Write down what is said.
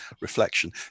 reflection